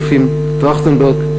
יפים טרכטנברג,